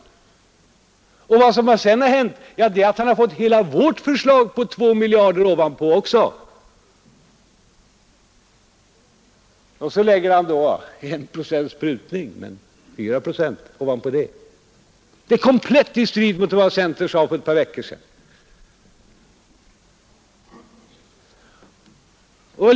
Vad som sedan har hänt är att han också har fått hela vårt förslag på 2 miljarder, och så prutar han visserligen 1 procent men lägger 4 procent ovanpå det. Det är komplett i strid med vad centern sade för ett par veckor sedan.